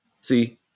See